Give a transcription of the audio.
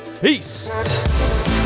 Peace